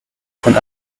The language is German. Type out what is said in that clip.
von